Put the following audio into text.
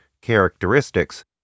characteristics